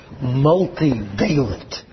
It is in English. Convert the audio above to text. multivalent